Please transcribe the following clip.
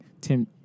Tim